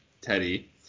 Teddy